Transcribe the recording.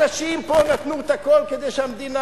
אנשים שנתנו את הכול למדינה,